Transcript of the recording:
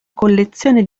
collezione